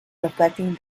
reflecting